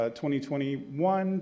2021